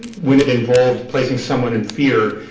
when it involved placing someone in fear,